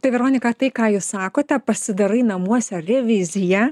tai veronika tai ką jūs sakote pasidarai namuose reviziją